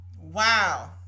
Wow